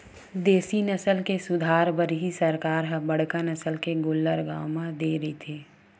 देसी नसल के सुधार बर ही सरकार ह बड़का नसल के गोल्लर गाँव म दे रहिथे